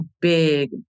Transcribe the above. big